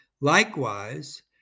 Likewise